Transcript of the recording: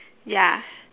ya